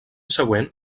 següent